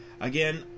Again